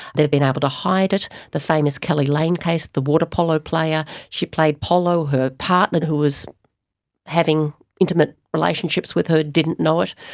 they have been able to hide it. the famous keli lane case, the water polo player, she played polo, her partner who was having intimate relationships with her didn't know it.